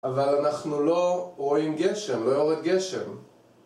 אבל אנחנו לא רואים גשם, לא יורד גשם